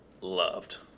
loved